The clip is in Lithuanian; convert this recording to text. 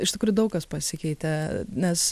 iš tikrųjų daug kas pasikeitė nes